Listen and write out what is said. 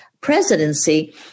presidency